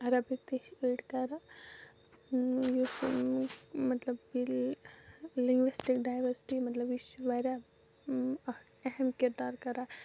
Arabic تہِ چھِ أڑۍ کَران یُس مطلب ییلہِ لِنگوِسٹِک ڈایؤرسِٹی مطلب یہِ چھُ واریاہ اَکھ اَہم کردار کَران